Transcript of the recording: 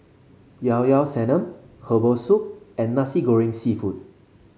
Llao Llao Sanum Herbal Soup and Nasi Goreng seafood